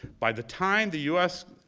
by the time the u s,